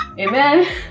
Amen